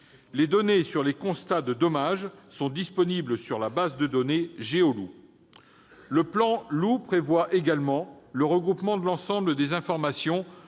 Les données sur les constats de dommages sont disponibles sur la base de données Géoloup. Le plan Loup prévoit le regroupement de l'ensemble des informations